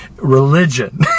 religion